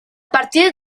partir